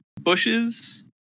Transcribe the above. bushes